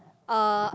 uh